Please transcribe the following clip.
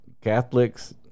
Catholics